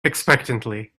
expectantly